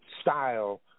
style